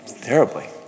terribly